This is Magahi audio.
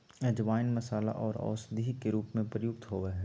अजवाइन मसाला आर औषधि के रूप में प्रयुक्त होबय हइ